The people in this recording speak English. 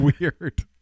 weird